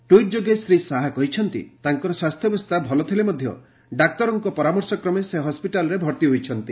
tweet ଯୋଗ ଶ୍ରୀ ଶାହା କହିଛନ୍ତି ତାଙ୍କର ସ୍ୱାସ୍ଥ୍ୟାବସ୍ଥା ଭଲ ଥିଲେ ମଧ୍ୟ ଡାକ୍ତରଙ୍କ ପରାମର୍ଶକ୍ରମେ ସେ ହସ୍କିଟାଲ୍ରେ ଭର୍ତ୍ତି ହୋଇଛନ୍ତି